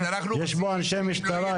יש פה אנשי משטרה.